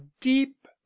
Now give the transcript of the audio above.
deep